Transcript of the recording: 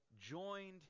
joined